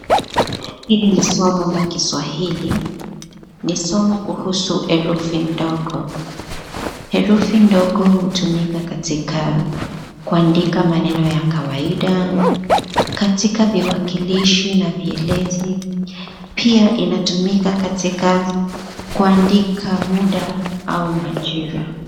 Hili ni somo la kiswahili, nisoma kuhusu herufi ndogo. Herufi ndogo hutumika katika kuandika maneno ya kawaida, katika viwakilishi na vielezi pia inatumika katika kuandika muda au majira.